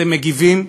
אתם מגיבים,